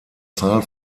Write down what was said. zahl